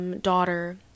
daughter